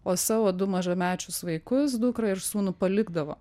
o savo du mažamečius vaikus dukrą ir sūnų palikdavo